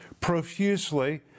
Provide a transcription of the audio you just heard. profusely